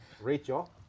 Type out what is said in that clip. Rachel